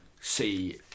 see